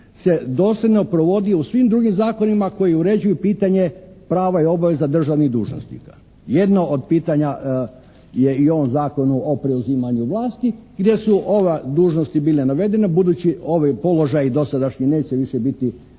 se dosljedno provodi u svim drugim zakonima koji uređuju pitanje prava i obaveza državnih dužnosnika. Jedno od pitanja je u ovom zakonu o preuzimanju vlasti gdje su ove dužnosti bile navedene budući ovi položaji dosadašnji neće više biti